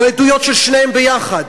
או עדויות של שניהם יחד.